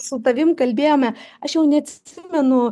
su tavim kalbėjome aš jau neatsimenu